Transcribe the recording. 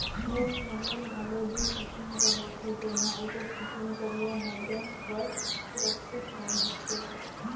bank में loan घलो दुई किसिम कर होथे जेम्हां एगोट किसिम कर लोन हर बेंक बर सुरक्छित लोन होथे